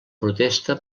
protesta